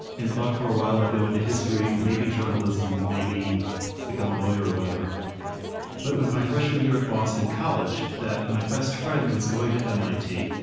and thought for a while i'd go into history, maybe journalism, maybe become a lawyer or whatever but it was my freshman year at boston college that my best friend was going to mit,